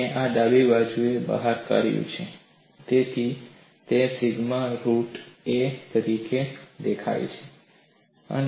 મેં આ ડાબી બાજુએ બહાર કા્યું છે તેથી તે સિગ્મા રુટ એ તરીકે દેખાય છે